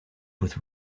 with